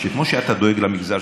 אתה אחראי לבדוק